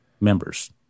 members